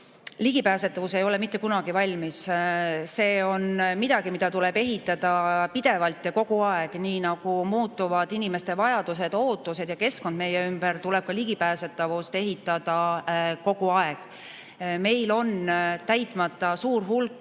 Ligipääsetavus ei ole mitte kunagi valmis. See on midagi, mida tuleb ehitada pidevalt ja kogu aeg. Nii nagu muutuvad inimeste vajadused, ootused ja keskkond meie ümber, tuleb ka ligipääsetavust ehitada kogu aeg. Meil on täitmata suur hulk